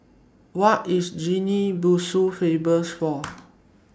What IS Guinea Bissau Famous For